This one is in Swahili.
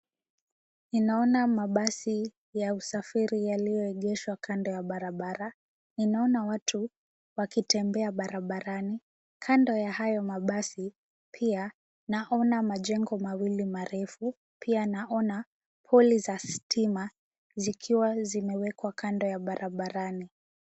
Ninaona mabasi ya usafiri yaliyoegeshwa kando ya barabara. Ninaona watu wakitembea barabarani. Kando ya hayo mabasi pia naona majengo mawili marefu. Pia naona poli za stima zikiwa zimewekwa kando ya barabarani.